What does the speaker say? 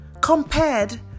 compared